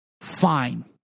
Fine